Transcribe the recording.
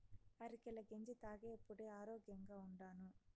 అరికెల గెంజి తాగేప్పుడే ఆరోగ్యంగా ఉండాను